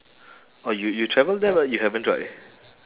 oh you you travel there but you haven't try